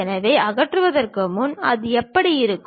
எனவே அகற்றுவதற்கு முன் அது எப்படி இருக்கும்